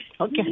Okay